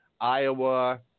Iowa